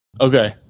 Okay